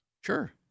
Sure